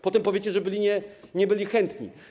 Potem powiecie, że byli nie byli chętni.